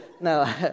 No